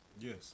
Yes